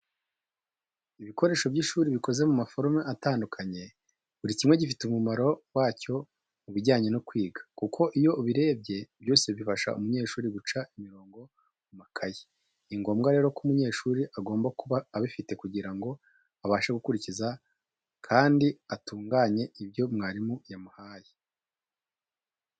Ibikoresho by'ishuri bikoze mu maforume atandukanye, buri kimwe gifite umumaro wacyo mubijyanye no kwiga, kuko iyo ubirebye byose bifasha umunyeshuri guca imirongo mu makayi. Ni ngombwa rero ko umunyeshuri agomba kuba abifite kugira ngo abashe gukurikiza kandi atunganye ibyo mwarimu yamuhaye.